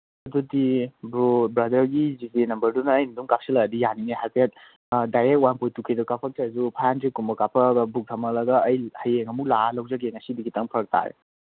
ꯑꯗꯨꯗꯤ ꯕ꯭ꯔꯣ ꯕ꯭ꯔꯗꯔꯒꯤ G Pay ꯅꯝꯕꯔꯗꯨꯗ ꯑꯩ ꯑꯗꯨꯝ ꯀꯥꯞꯁꯤꯜꯂꯛꯑꯗꯤ ꯌꯥꯅꯤꯅꯦ ꯍꯥꯏꯐꯦꯠ ꯗꯥꯏꯔꯦꯛ ꯋꯥꯟ ꯄꯣꯏꯟ ꯇꯨ ꯀꯦꯗꯨ ꯀꯥꯞꯄꯛꯇ꯭ꯔꯁꯨ ꯐꯥꯏꯚ ꯍꯟꯗ꯭ꯔꯦꯗꯀꯨꯝꯕ ꯀꯥꯞꯄꯛꯑꯒ ꯕꯨꯛ ꯊꯝꯍꯜꯂꯒ ꯑꯩ ꯍꯌꯦꯡ ꯑꯃꯨꯛ ꯂꯥꯛꯑ ꯂꯧꯖꯒꯦ ꯉꯁꯤꯗꯤ ꯈꯤꯇꯪ ꯐꯔꯛ ꯇꯥꯔꯦ